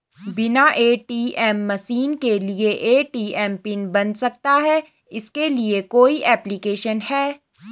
बिना ATM machine के online ATM pin बन सकता है इसके लिए कोई ऐप्लिकेशन है?